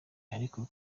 ariko